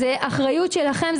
זו אחריות שלכם.